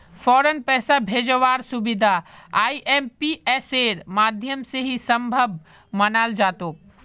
फौरन पैसा भेजवार सुबिधा आईएमपीएसेर माध्यम से ही सम्भब मनाल जातोक